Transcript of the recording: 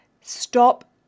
Stop